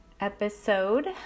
episode